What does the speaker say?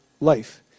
life